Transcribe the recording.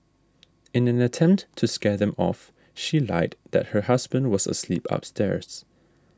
in an attempt to scare them off she lied that her husband was asleep upstairs